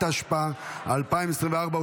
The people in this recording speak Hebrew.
התשפ"ה 2024,